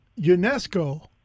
UNESCO